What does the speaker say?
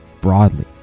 broadly